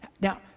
Now